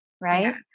right